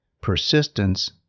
Persistence